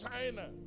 China